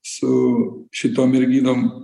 su šitom merginom